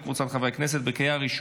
אנחנו נעבור לנושא הבא על סדר היום,